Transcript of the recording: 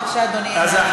בבקשה, אדוני.